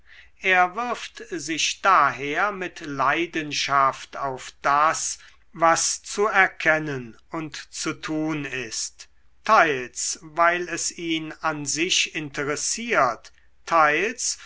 er wirft sich daher mit leidenschaft auf das was zu erkennen und zu tun ist teils weil es ihn an sich interessiert teils